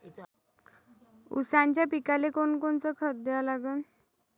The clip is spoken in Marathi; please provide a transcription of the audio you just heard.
ऊसाच्या पिकाले कोनकोनचं खत द्या लागन?